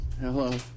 Hello